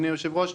אדוני היושב-ראש,